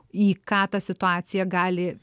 į ką ta situacija gali